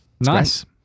nice